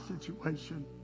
situation